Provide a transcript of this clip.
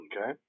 Okay